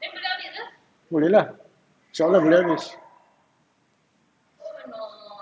boleh lah inshallah boleh habis